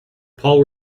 paul